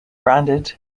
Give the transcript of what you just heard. branded